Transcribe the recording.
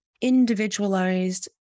individualized